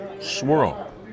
swirl